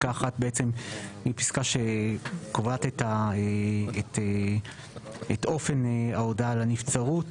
פסקה (1) קובעת את אופן ההודעה על הנבצרות.